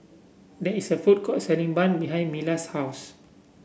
there is a food court selling bun behind Mila's house